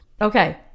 Okay